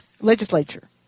legislature